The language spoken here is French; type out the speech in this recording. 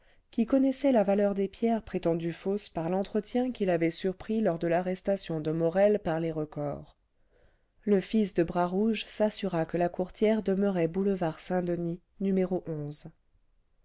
qui connaissait la valeur des pierres prétendues fausses par l'entretien qu'il avait surpris lors de l'arrestation de morel par les recors le fils de bras rouge s'assura que la courtière demeurait boulevard saint-denis no